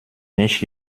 nicht